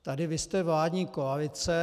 Tady vy jste vládní koalice.